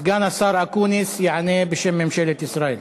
סגן השר אקוניס יענה בשם ממשלת ישראל.